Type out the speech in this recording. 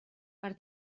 per